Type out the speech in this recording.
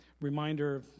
reminder